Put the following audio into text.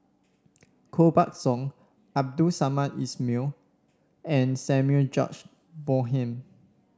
Koh Buck Song Abdul Samad Ismail and Samuel George Bonham